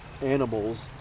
animals